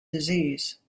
disease